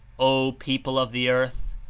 o people of the earth!